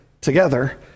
together